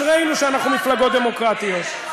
אשרינו שאנחנו מפלגות דמוקרטיות.